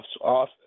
off